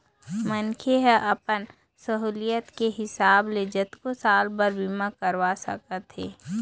मनखे ह अपन सहुलियत के हिसाब ले जतको साल बर बीमा करवा सकत हे